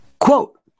Quote